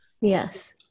Yes